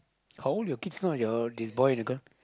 how old are your kids now your this boy and the girl